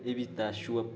एह् बी ताशू दा